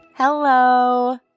Hello